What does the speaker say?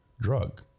drug